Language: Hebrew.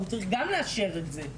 הוא צריך גם לאשר את זה,